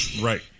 Right